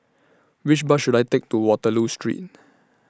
Which Bus should I Take to Waterloo Street